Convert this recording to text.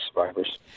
survivors